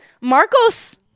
Marcos